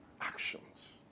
Actions